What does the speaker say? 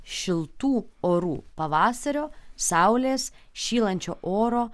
šiltų orų pavasario saulės šylančio oro